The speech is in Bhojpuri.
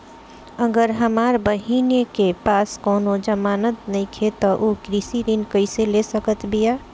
अगर हमार बहिन के पास कउनों जमानत नइखें त उ कृषि ऋण कइसे ले सकत बिया?